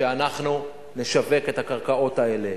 שאנחנו נשווק את הקרקעות האלה,